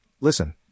Listen